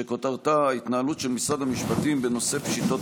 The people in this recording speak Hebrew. שכותרתה: ההתנהלות של משרד המשפטים בנושא פשיטות